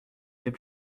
fait